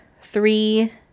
three